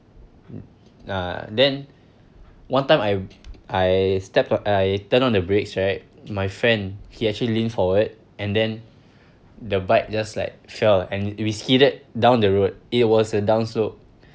uh then one time I I stepped on I turn on the brakes right my friend he actually leaned forward and then the bike just like fell and we skidded down the road it was a down slope